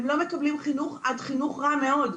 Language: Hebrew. הם מקבלים חינוך רע מאוד.